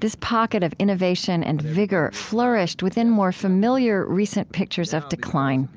this pocket of innovation and vigor flourished within more familiar recent pictures of decline